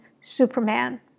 superman